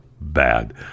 bad